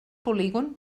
polígon